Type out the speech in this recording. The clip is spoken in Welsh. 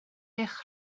eich